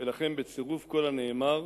ולכן, בצירוף כל הנאמר,